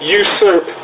usurp